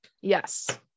Yes